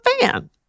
fan